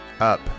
up